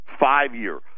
five-year